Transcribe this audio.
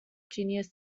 genus